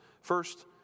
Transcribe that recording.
First